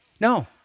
No